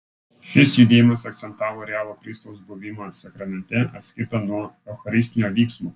šis judėjimas akcentavo realų kristaus buvimą sakramente atskirtą nuo eucharistinio vyksmo